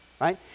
right